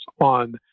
on